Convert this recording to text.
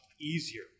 easier